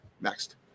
next